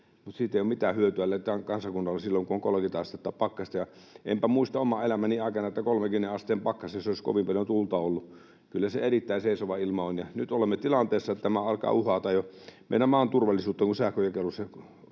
siitä ei ole mitään hyötyä tälle kansakunnalle silloin, kun on 30 astetta pakkasta, ja enpä muista oman elämäni aikana, että 30 asteen pakkasessa olisi kovin paljon tuulta ollut — kyllä se erittäin seisova ilma on, ja nyt olemme tilanteessa, että tämä alkaa uhata jo meidän maamme turvallisuutta, kun sähkönjakelussa